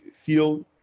feel